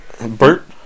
Bert